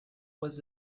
was